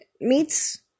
meats